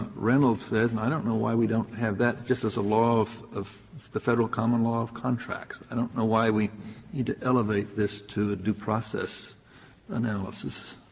reynolds said, and i don't know why we don't have that just as a law of of the federal common law of contracts. i don't know why we need to elevate this to a due process analysis.